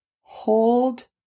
hold